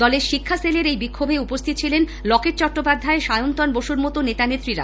দলের শিক্ষা সেলের এই বিক্ষোভে উপস্থিত ছিলেন লকেট চট্টোপাধ্যায় সায়ন্তন বসুর মতো বিজেপির নেতা নেত্রীরা